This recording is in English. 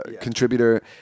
contributor